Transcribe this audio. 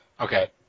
Okay